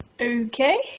Okay